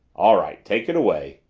all right take it away,